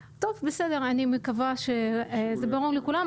טוב, בסדר, אני מקווה שזה ברור לכולם.